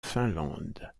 finlande